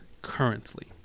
currently